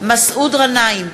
מסעוד גנאים,